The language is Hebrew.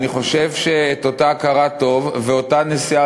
אני חושב שאת אותה הכרת טוב ואותה נשיאה